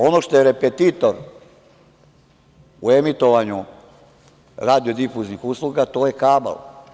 Ono što je repetitor u emitovanju radiodifuznih usluga, to je kabl.